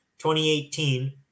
2018